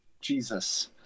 Jesus